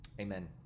Amen